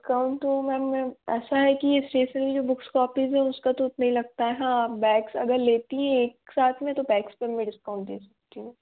discount तो ma'am ऐसा है कि इस्टेसनरी जो बुक्स कॉपीज़ हैं उसका तो उतना ही लगता ऐ हाँ आप बैग्स अगर लेती हैं एक साथ में तो बैग्स पर मैं डिस्काउंट दे सक्ती हूँ